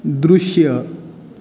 दृश्य